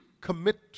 commit